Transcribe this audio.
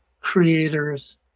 creators